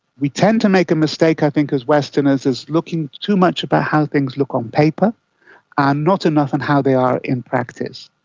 we tend to make a mistake i think as westerners as looking too much about how things look on paper and not enough on how they are in practice.